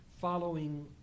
following